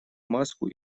маску